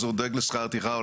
אז הוא דואג לשכר טרחה,